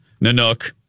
Nanook